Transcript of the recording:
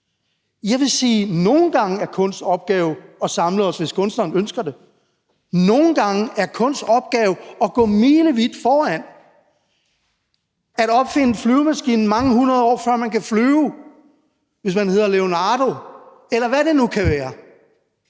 Jeg vil sige: Nogle gange er kunsts opgave at samle os, hvis kunstneren ønsker det. Nogle gange er kunsts opgave at gå milevidt foran, at opfinde flyvemaskinen, mange 100 år før man kan flyve, hvis man hedder Leonardo, eller hvad det nu kan være.